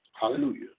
Hallelujah